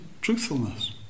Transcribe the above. truthfulness